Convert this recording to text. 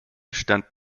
stand